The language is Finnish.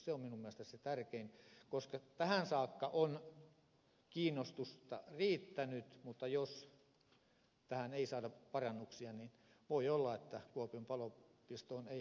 se on minun mielestäni se tärkein koska tähän saakka on kiinnostusta riittänyt mutta jos tähän ei saada parannuksia voi olla että kuopion pelastusopistoon ei hakijoita riitä